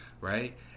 right